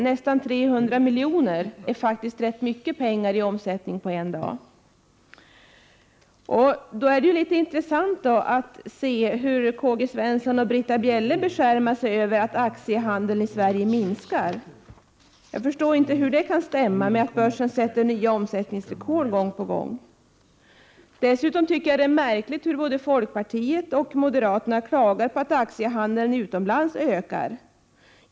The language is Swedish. Nästan 300 miljoner på en dag är faktiskt rätt mycket pengar! Då är det intressant att se hur K-G Svenson och Britta Bjelle beskärmar sig över att aktiehandeln i Sverige minskar. Jag förstår inte hur det kan stämma med att börsen sätter nya omsättningsrekord gång på gång. Dessutom tycker jag det är märkligt att både folkpartiet och moderaterna klagar på att aktiehandeln utomlands ökar.